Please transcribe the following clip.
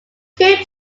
two